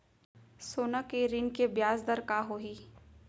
सोना के ऋण के ब्याज दर का होही?